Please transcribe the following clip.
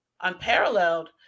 unparalleled